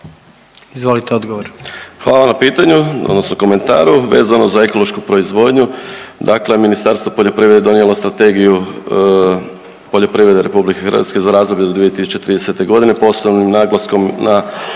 **Majdak, Tugomir** Hvala na pitanju, odnosno komentaru vezano za ekološku proizvodnju. Dakle, Ministarstvo poljoprivrede je donijelo Strategiju poljoprivrede Republike Hrvatske za razdoblje od 2030. godine sa posebnim naglaskom na